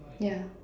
yeah